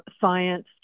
science